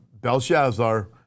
Belshazzar